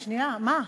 שנייה, מה?